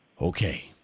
Okay